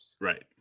right